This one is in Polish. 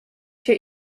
się